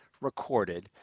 recorded